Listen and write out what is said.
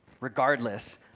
regardless